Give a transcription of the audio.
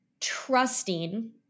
trusting